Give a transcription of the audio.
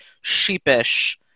sheepish